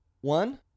One